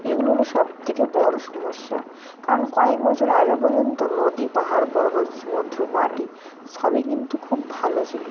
এগুলো হলো সব থেকে বড়ো সমস্যা কারণ কয়েক বছর আগে পর্যন্ত নদী পাহাড় পর্বত সমুদ্র মাটি সবই কিন্তু খুব ভালো ছিলো